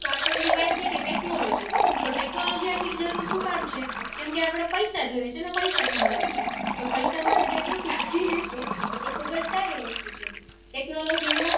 તો આ તો બધી વાત થઈ ટેક્નોલોજી તો ટેક્નોલોજી આટલી જરૂર શું કામ છે કેમકે આપણે પૈસા જોઈએ છે અને પૈસા કમાવા છે તો પૈસા માટે જે છે એ ખૂબ જ સારી વસ્તુ છે ટેક્નોલોજીનો